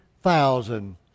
thousand